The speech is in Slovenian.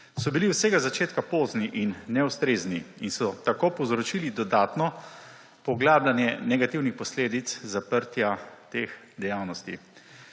so bili od vsega začetka pozni in neustrezni in so tako povzročili dodatno poglabljanje negativnih posledic zaprtja teh dejavnosti.